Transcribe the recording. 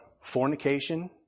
fornication